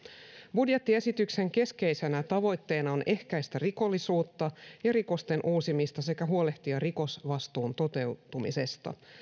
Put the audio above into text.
budjettiesityksen keskeisenä tavoitteena on ehkäistä rikollisuutta ja rikosten uusimista sekä huolehtia rikosvastuun toteutumisesta